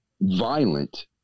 violent